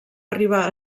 arribar